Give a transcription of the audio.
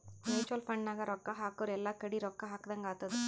mutual fund ನಾಗ್ ರೊಕ್ಕಾ ಹಾಕುರ್ ಎಲ್ಲಾ ಕಡಿ ರೊಕ್ಕಾ ಹಾಕದಂಗ್ ಆತ್ತುದ್